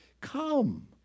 Come